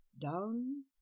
down